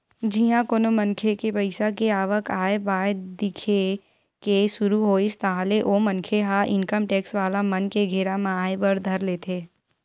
जिहाँ कोनो मनखे के पइसा के आवक आय बाय दिखे के सुरु होइस ताहले ओ मनखे ह इनकम टेक्स वाला मन के घेरा म आय बर धर लेथे